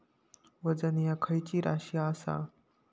वजन ह्या खैची राशी असा?